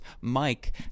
Mike